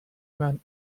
man